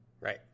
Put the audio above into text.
Right